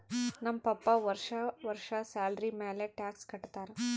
ನಮ್ ಪಪ್ಪಾ ವರ್ಷಾ ವರ್ಷಾ ಸ್ಯಾಲರಿ ಮ್ಯಾಲ ಟ್ಯಾಕ್ಸ್ ಕಟ್ಟತ್ತಾರ